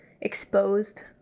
exposed